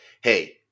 hey